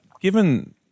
given